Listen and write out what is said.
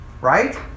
Right